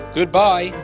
Goodbye